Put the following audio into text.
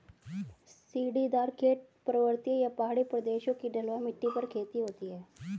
सीढ़ीदार खेत, पर्वतीय या पहाड़ी प्रदेशों की ढलवां भूमि पर खेती होती है